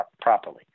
properly